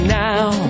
now